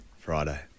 Friday